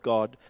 God